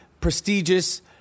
prestigious